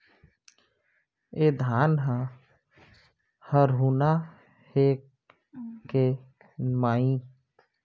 ए धान ह हरूना हे के माई?